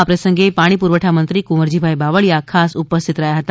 આ પ્રસંગે પાણી પુરવઠા મંત્રી કુંવરજીભાઇ બાવળીયાએ ખાસ ઉપસ્થિત રહ્યા હતા